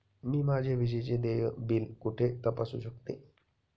मी माझे विजेचे देय बिल कुठे तपासू शकते?